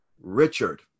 Richard